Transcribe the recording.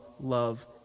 love